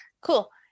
Cool